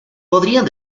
podrían